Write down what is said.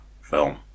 film